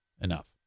Enough